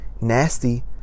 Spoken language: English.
nasty